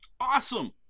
Awesome